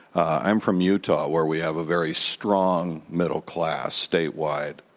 i'm from utah where we have a very strong middle class statewide.